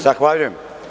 Zahvaljujem.